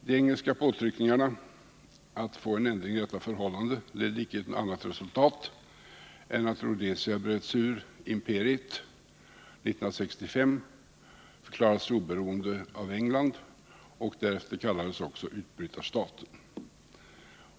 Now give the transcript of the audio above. De engelska påtryckningarna för att få en ändring i detta förhållande ledde icke till något annat resultat än att Rhodesia 1965 bröt sig ur imperiet och förklarade sig oberoende av England. Därefter kallades också Rhodesia utbrytarstaten.